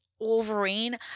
wolverine